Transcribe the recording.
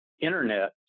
Internet